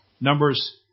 Numbers